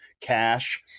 cash